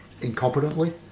Incompetently